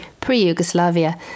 pre-Yugoslavia